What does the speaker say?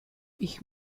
ich